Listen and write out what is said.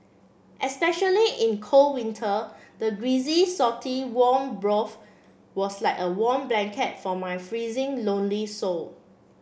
especially in cold winter the greasy salty warm broth was like a warm blanket for my freezing lonely soul